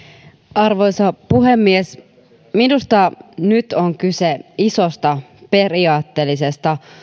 arvoisa puhemies minusta nyt on kyse isosta periaatteellisesta